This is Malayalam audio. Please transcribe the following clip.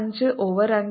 5 ഓവർ 2